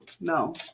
No